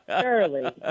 surely